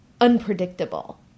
unpredictable